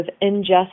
injustice